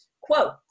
Quote